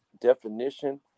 definition